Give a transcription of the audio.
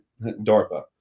DARPA